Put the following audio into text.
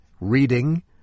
reading